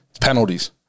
penalties